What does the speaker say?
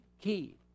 key